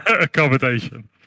accommodation